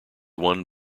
won